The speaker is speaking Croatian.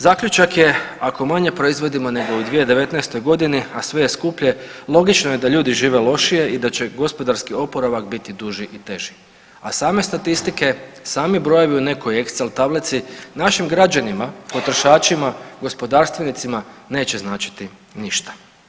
Zaključak je ako manje proizvodimo nego u 2019. godini, a sve je skuplje logično je da ljudi žive lošije i da će gospodarski oporavak biti duži i teži, a same statistike, sami brojevi u nekoj excel tablici našim građanima, potrošačima, gospodarstvenicima neće značiti ništa.